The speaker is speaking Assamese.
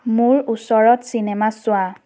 মোৰ ওচৰত চিনেমা চোৱা